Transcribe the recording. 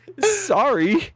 sorry